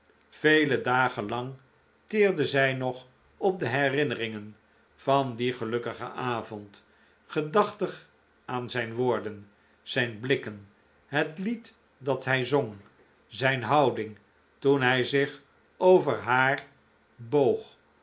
vele dagen lang teerde zij nog op de herinneringen van dien gelukkigen avond gedachtig aan zijn woorden zijn blikken het lied dat hij zong zijn houding toen hij zich over haar boog